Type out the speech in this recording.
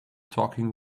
talking